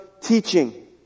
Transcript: teaching